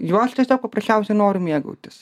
juo aš tiesiog paprasčiausiai noriu mėgautis